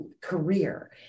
career